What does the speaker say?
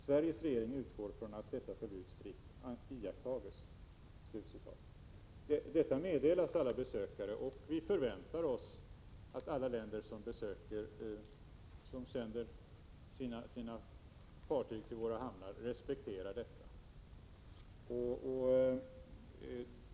Sveriges regering utgår från att detta förbud strikt iakttages.” Detta meddelas alla besökare, och vi förväntar oss att alla länder som sänder sina fartyg till våra hamnar respekterar detta.